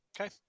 Okay